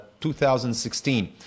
2016